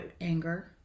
anger